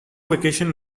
vacation